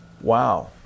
wow